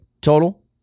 total